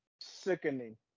sickening